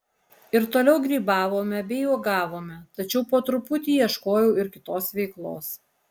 ir toliau grybavome bei uogavome tačiau po truputį ieškojau ir kitos veiklos